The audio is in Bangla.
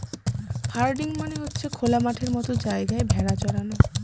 হার্ডিং মানে হচ্ছে খোলা মাঠের মতো জায়গায় ভেড়া চরানো